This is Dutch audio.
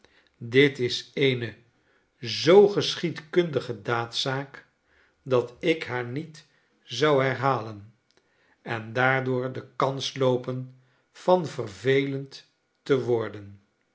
dit is eene zoo geschiedkundige daadzaak dat ik haar niet zou herhalen en daardoorde kans loopen van vervelend te worden